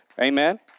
Amen